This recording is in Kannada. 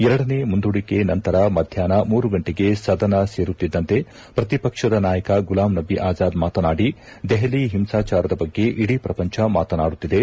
ಎರಡನೇ ಮುಂದೂಡಿಕೆ ನಂತರ ಮಧ್ಯಾಷ್ನ ಮೂರು ಗಂಟೆಗೆ ಸದನ ಸೇರುತ್ತಿದ್ದಂತೆ ಪ್ರತಿಪಕ್ಷದ ನಾಯಕ ಗುಲಾಂ ನಬೀ ಆಜಾದ್ ಮಾತನಾಡಿ ದೆಹಲಿ ಹಿಂಸಾಚಾರದ ಬಗ್ಗೆ ಇಡೀ ಪ್ರಪಂಚ ಮಾತನಾಡುತ್ತಿದೆ